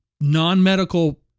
non-medical